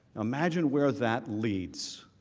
imagine where that leads.